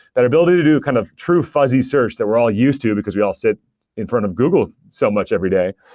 that ability to do kind of true fuzzy search that we're all used to, because we all sit in front of google so much every day.